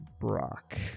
Brock